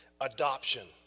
Adoption